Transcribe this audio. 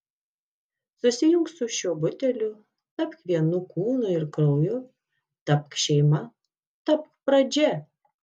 susijunk su šiuo buteliu tapk vienu kūnu ir krauju tapk šeima tapk pradžia